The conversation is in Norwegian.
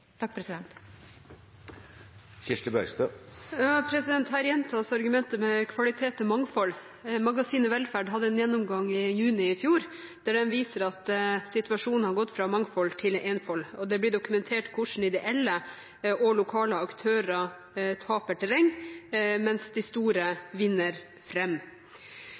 Her gjentas argumentet om kvalitet og mangfold. Magasinet Velferd hadde en gjennomgang i juni i fjor der de viser at situasjonen har gått fra mangfold til enfold, og det blir dokumentert hvordan ideelle og lokale aktører taper terreng, mens de store vinner